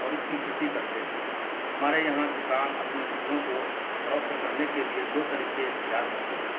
اور اس کی کھیتی کرتے ہیں ہمارے یہاں کسان اپنی فصلوں کو فروخت کرنے کے لیے دو طریقے اختیار کرتے ہیں